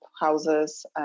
houses